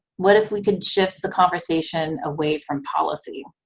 what if we could shift the conversation away from policy?